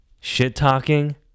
shit-talking